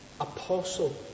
apostle